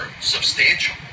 substantial